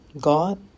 God